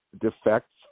defects